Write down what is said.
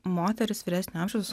moteris vyresnio amžiaus